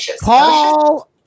Paul